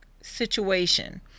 situation